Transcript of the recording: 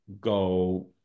go